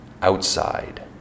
outside